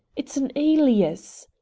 it's an alias!